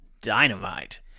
Dynamite